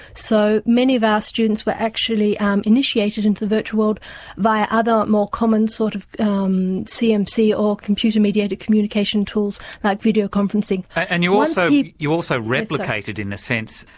so many of our students were actually and initiated into the virtual world via other more common sort of um cmc or computer mediated communication tools, like video conferencing. and you also you also replicated, in a sense,